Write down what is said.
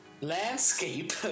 landscape